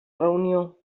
reunió